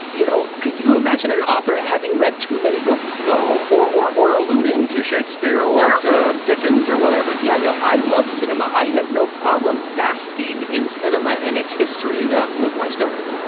you know, could you imagine an author having read too many books? no. or or alluding to shakespeare or to dickens or whatever? yeah. no, i love cinema. i have no problem basking in cinema and its history with my stories